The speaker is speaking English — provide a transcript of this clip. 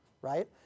Right